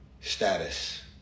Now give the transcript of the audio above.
status